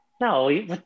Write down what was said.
No